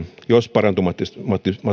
jos parantumattomasti